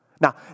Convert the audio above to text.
Now